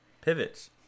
pivots